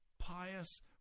pious